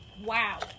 Wow